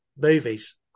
movies